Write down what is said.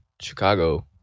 Chicago